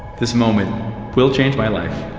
this moment will change my life.